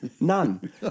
none